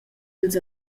ils